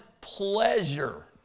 pleasure